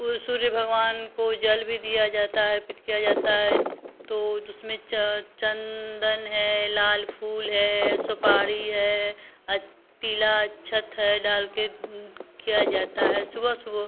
सूर्य भगवान को जल भी दिया जाता है अर्पित किया जाता है तो उसमें च चन्दन है लाल फूल है सुपारी है अक्ष पीला अक्षत है डालकर किया जाता है सुबह सुबह